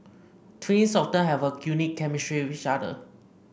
twins often have a unique chemistry with each other